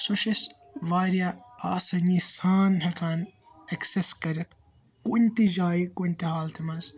سُہ چھُ اَسہِ وارِیاہ آسٲنی سان ہیٚکان ایٚکسیٚس کٔرِتھ کُنہِ تہِ جایہِ کُنہِ تہِ حالتہِ منٛز